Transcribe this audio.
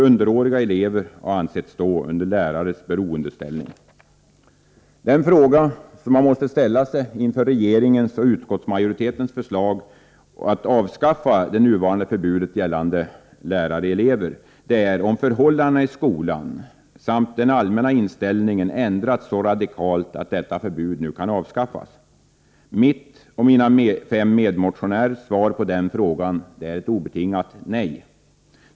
Underåriga elever har ansetts stå under lärares beroendeställning. Den fråga som man måste ställa sig inför regeringens och utskottsmajoritetens förslag om att avskaffa det nuvarande förbudet gällande förhållandet lärare-elever är om förhållandena i skolan samt den allmänna inställningen ändrats så radikalt att detta förbud nu kan avskaffas. Mitt och mina fem medmotionärers svar på den frågan är ett obetingat nej.